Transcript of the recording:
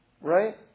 Right